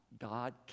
God